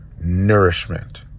nourishment